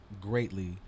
greatly